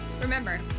Remember